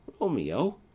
romeo